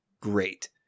great